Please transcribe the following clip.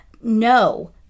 No